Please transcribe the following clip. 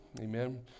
Amen